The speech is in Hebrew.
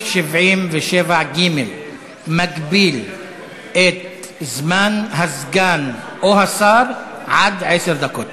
77(ג) מגביל את זמן הסגן או השר עד עשר דקות.